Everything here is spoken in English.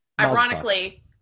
Ironically